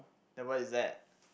then where is that